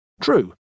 True